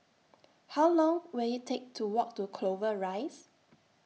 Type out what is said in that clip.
How Long Will IT Take to Walk to Clover Rise